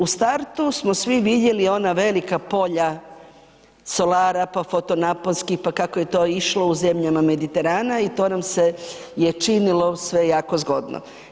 U startu smo svi vidjeli ona velika polja solara, pa fotonaponski, pa kako je to išlo u zemljama Mediterana i to nam se je činilo sve jako zgodno.